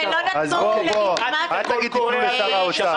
אז אל תגידו כלום לשר האוצר.